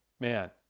Man